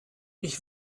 ich